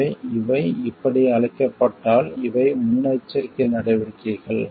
எனவே இவை இப்படி அழைக்கப்பட்டால் இவை முன்னெச்சரிக்கை நடவடிக்கைகள்